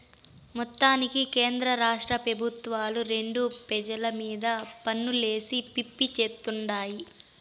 మొత్తానికి కేంద్రరాష్ట్ర పెబుత్వాలు రెండు పెజల మీద పన్నులేసి పిప్పి చేత్తుండాయి